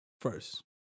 first